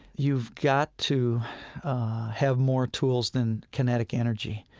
you've got to have more tools than kinetic energy.